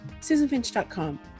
susanfinch.com